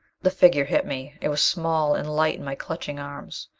the figure hit me. it was small and light in my clutching arms.